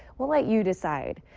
we'll let you decide.